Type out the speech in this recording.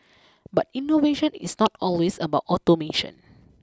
but innovation is not always about automation